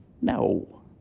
No